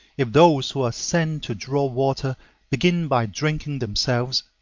if those who are sent to draw water begin by drinking themselves,